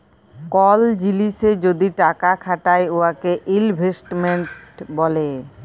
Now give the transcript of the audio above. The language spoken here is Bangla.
কল জিলিসে যদি টাকা খাটায় উয়াকে ইলভেস্টমেল্ট ব্যলে